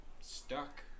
stuck